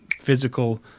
physical